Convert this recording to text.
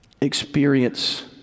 experience